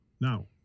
now